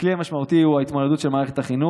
הכלי המשמעותי הוא ההתמודדות של מערכת החינוך.